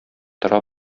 тора